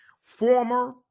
former